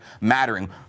mattering